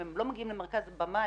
אם הם לא מגיעים למרכז הבמה,